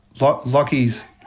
Lockie's